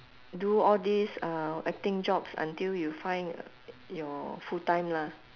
do all these uh acting jobs until you find your full time lah